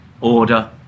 order